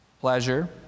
pleasure